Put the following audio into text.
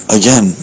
again